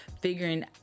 figuring